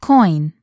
Coin